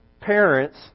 parents